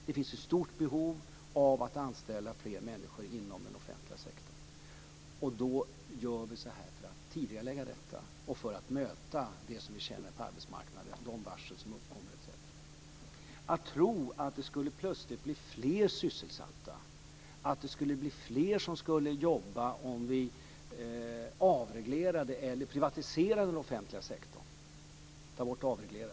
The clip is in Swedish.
Det finns ett stort behov av att anställa fler människor inom den offentliga sektorn, och då gör vi så här för att tidigarelägga detta och för att möta det som händer på arbetsmarknaden, de varsel som uppkommer etc. Tror ni att det plötsligt skulle bli fler sysselsatta, fler som jobbade, om vi privatiserade den offentliga sektorn?